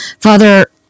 Father